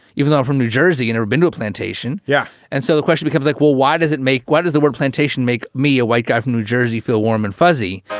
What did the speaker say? even though i'm from new jersey and urban new plantation. yeah. and so the question becomes like, well, why does it make why does the word plantation make me a white guy from new jersey feel warm and fuzzy?